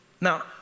Now